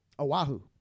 Oahu